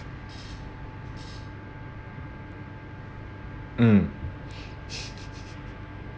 mm